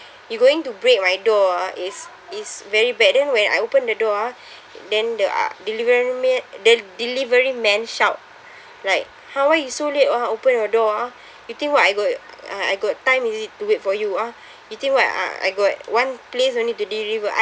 you going to break my door ah is is very bad then when I open the door ah then the uh deliveryma~ the deliveryman shout like !huh! why you so late ah open your door ah you think what I got uh I got time is it to wait for you ah you think what uh I got one place only to deliver I